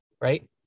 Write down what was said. right